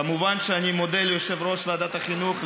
כמובן, אני מודה ליושב-ראש ועדת החינוך,